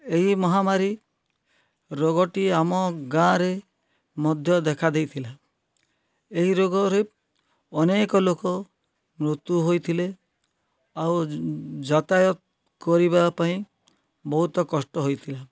ଏଇ ମହାମାରୀ ରୋଗଟି ଆମ ଗାଁରେ ମଧ୍ୟ ଦେଖାଦେଇଥିଲା ଏହି ରୋଗରେ ଅନେକ ଲୋକ ମୃତ୍ୟୁ ହୋଇଥିଲେ ଆଉ ଯାତାୟତ କରିବାପାଇଁ ବହୁତ କଷ୍ଟ ହୋଇଥିଲା